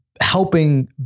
helping